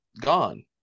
gone